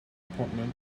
apartment